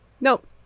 nope